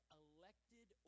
elected